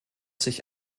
sich